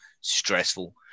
stressful